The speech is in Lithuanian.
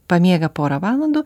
pamiega porą valandų